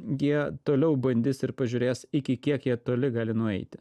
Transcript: jie toliau bandys ir pažiūrės iki kiek jie toli gali nueiti